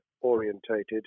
orientated